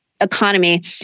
economy